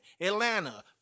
Atlanta